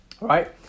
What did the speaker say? right